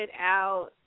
out